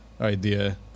idea